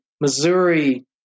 Missouri